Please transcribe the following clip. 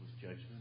judgment